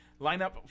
lineup